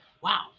Wow